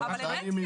היא הראתה.